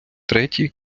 третій